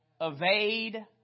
evade